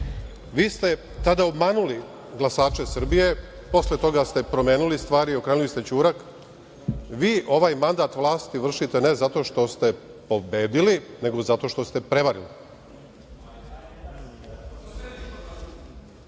ste tada obmanuli glasače Srbije i posle toga ste promenili stvari i okrenuli ste ćurak i vi ovaj mandat vlasti vršite, ne zato što ste pobedili, nego zato što ste prevarili.